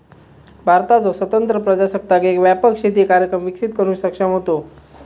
भारताचो स्वतंत्र प्रजासत्ताक एक व्यापक शेती कार्यक्रम विकसित करुक सक्षम होतो